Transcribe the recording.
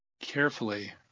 carefully